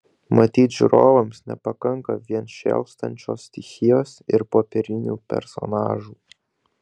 matyt žiūrovams nepakanka vien šėlstančios stichijos ir popierinių personažų